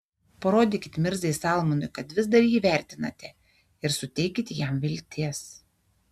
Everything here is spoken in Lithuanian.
parodykit mirzai salmanui kad vis dar jį vertinate ir suteikit jam vilties